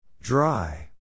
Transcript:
Dry